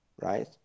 right